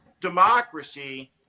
democracy